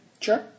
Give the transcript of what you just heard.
Sure